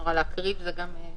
לקרב בבקשה.